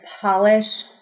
Polish